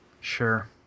Sure